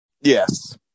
Yes